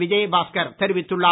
விஜயபாஸ்கர் தெரிவித்துள்ளார்